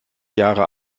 jahre